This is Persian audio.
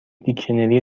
دیکشنری